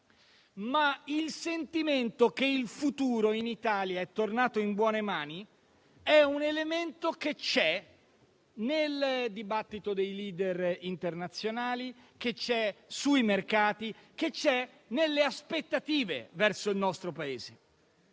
il sentimento che il futuro in Italia è tornato in buone mani è un elemento che c'è nel dibattito dei *leader* internazionali, sui mercati e nelle aspettative verso il nostro Paese.